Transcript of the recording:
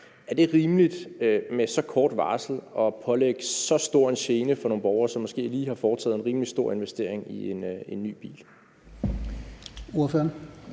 Er det rimeligt med så kort varsel at pålægge så stor en gene for nogle borgere, som måske lige har foretaget en rimelig stor investering i ny bil?